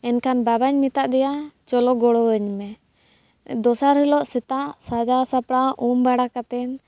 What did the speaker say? ᱮᱱᱠᱷᱟᱱ ᱵᱟᱵᱟᱧ ᱢᱮᱛᱟ ᱫᱮᱭᱟ ᱪᱚᱞᱚ ᱜᱚᱲᱚᱣᱟᱹᱧ ᱢᱮ ᱫᱚᱥᱟᱨ ᱦᱤᱞᱳᱜ ᱥᱮᱛᱟᱜ ᱥᱟᱡᱟᱣ ᱥᱟᱯᱲᱟᱣ ᱩᱢ ᱵᱟᱲᱟ ᱠᱟᱛᱮᱫ